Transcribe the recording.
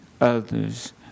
others